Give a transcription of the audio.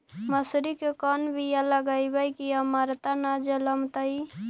मसुरी के कोन बियाह लगइबै की अमरता न जलमतइ?